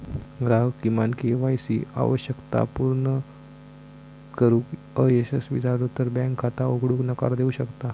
ग्राहक किमान K Y C आवश्यकता पूर्ण करुक अयशस्वी झालो तर बँक खाता उघडूक नकार देऊ शकता